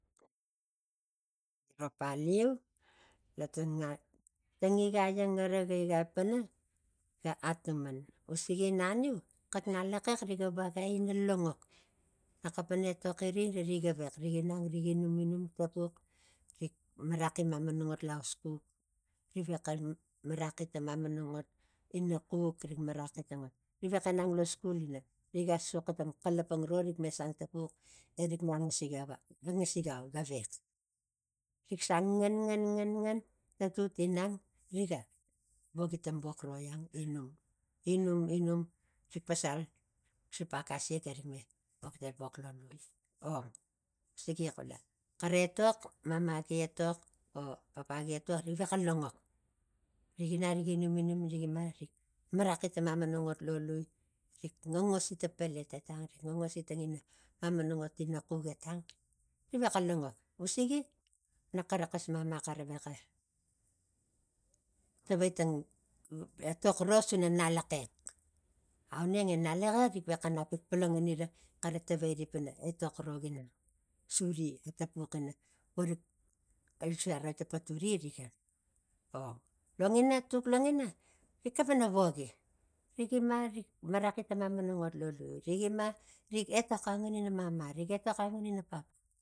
Giro paliu lo tai a igai ang gara pana ga atuman usigi naniu xak ngalaxex riga vakina langok na xapang etoxiri nari gavex rik inang rik inum inum inum rik tapuk rik maraxi mamana ngot lo ausxuk rvexa maraxi tangina ot ina xuk ri vexanang lo skul ina riga suxa ta xalapang ro rik me sang tapux e rik me angasik au gavex riksa ngan ngan ngan ngan tatut inang riga vogi ta vok ro iang inum inum inum rik pasal sipak asiak erik me voki ta vok lo lui o usigi xula xara etok mama gi inum rik ima maraxi ta mana ngot lo lui rik ngangosi ta palet e tang rik ngangosi tangina mamanangot ina xuk etang rivaxa langok usigi naxara xas mama xara vexa tavai tang etok ro suna ngalaxex auneng e ngalaxex rik vexanap polongani ra xara tavairi pana etok ro ginang suri atapux ina vorik aius aroi ta paturi riga ong longina tuk longina rik xapana rik maraxi ta mamana ngot lo lui rigima rik etok ang ini na mama rik etok angiri na papa